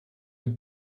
dem